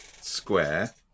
Square